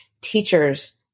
teachers